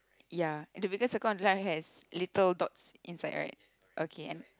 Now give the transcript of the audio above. ya the bigger circle on the right has little dots inside right okay and